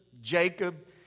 Jacob